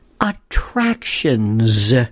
attractions